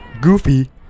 Goofy